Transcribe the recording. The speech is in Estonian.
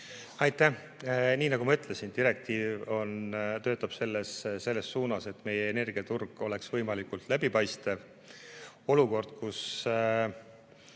Aitäh! Nii nagu ma ütlesin, direktiiv töötab selle nimel, et meie energiaturg oleks võimalikult läbipaistev. Olukord, kus